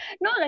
No